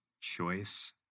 choice